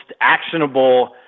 actionable